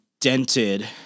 dented